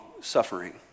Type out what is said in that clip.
suffering